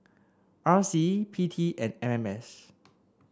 R C P T and M M S